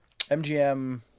MGM